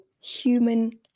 human